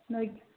ꯅꯣꯏꯒꯤ